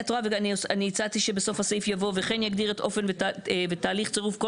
אני הצעתי שבסוף הסעיף יבוא "וכן יגדיר את אופן ותהליך צירוף כל